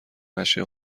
نشه